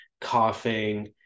coughing